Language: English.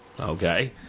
Okay